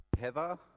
Heather